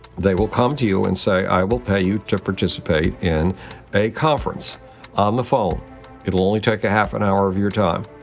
they will come to you and say, i will pay you to participate in a conference on the phone-it will only take a half an hour of your time.